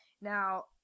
Now